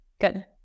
Good